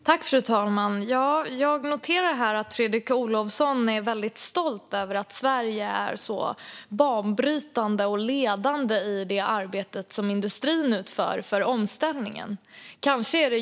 Fru talman! Jag noterar att Fredrik Olovsson är väldigt stolt över att Sverige är så banbrytande och ledande i det arbete för omställning som industrin utför.